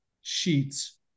Sheets